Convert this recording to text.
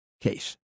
case